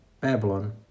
Babylon